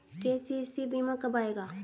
KCC बीमा कब आएगा?